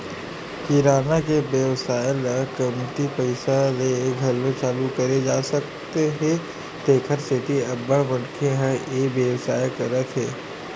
किराना के बेवसाय ल कमती पइसा ले घलो चालू करे जा सकत हे तेखर सेती अब्बड़ मनखे ह ए बेवसाय करत हे